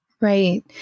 Right